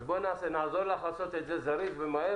אז נעזור לך לעשות את זה זריז ומהיר.